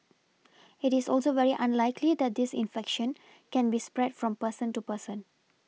it is also very unlikely that this infection can be spread from person to person